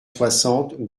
soixante